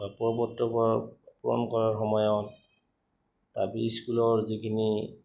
পূৰণ কৰাৰ সময়ত স্কুলৰ যিখিনি